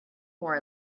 more